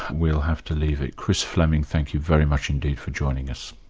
we'll have to leave it. chris fleming, thank you very much indeed for joining us.